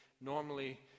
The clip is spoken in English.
normally